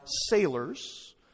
sailors